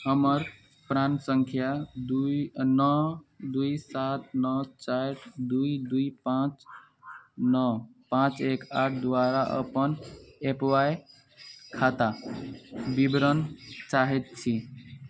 हमर प्राण सङ्ख्या दुइ नओ दुइ सात नओ चारि दुइ दुइ पॉँच नओ पॉँच एक आठ द्वारा अपन एप वाइ खाता विवरण चाहैत छी